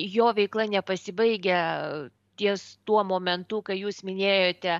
jo veikla nepasibaigia ties tuo momentu kai jūs minėjote